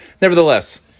nevertheless